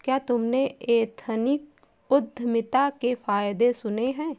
क्या तुमने एथनिक उद्यमिता के फायदे सुने हैं?